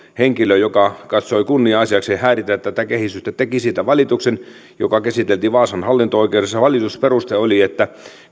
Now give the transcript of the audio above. henkilö joka katsoi kunnia asiakseen häiritä tätä kehitystä teki siitä valituksen joka käsiteltiin vaasan hallinto oikeudessa valitusperuste oli että